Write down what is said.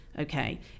Okay